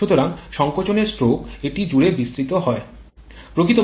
সুতরাং সংকোচনের স্ট্রোক এটি জুড়ে বিস্তৃত হয়